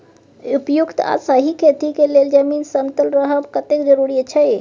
उपयुक्त आ सही खेती के लेल जमीन समतल रहब कतेक जरूरी अछि?